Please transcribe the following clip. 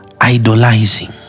idolizing